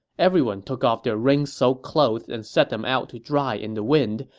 everyone took off their rain-soaked clothes and set them out to dry in the wind,